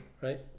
right